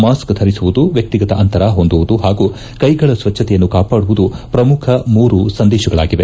mask ಧರಿಸುವುದು ವ್ಯಕ್ತಿಗತ ಅಂತರ ಹೊಂದುವುದು ಹಾಗೂ ಕೈಗಳ ಸ್ವಚ್ಛತೆಯನ್ನು ಕಾಪಾಡುವುದು ಶ್ರಮುಖ ಮೂರು ಸಂದೇಶಗಳಾಗಿವೆ